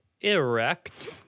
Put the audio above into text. erect